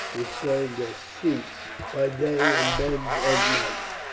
which served as seats by day and beds at night,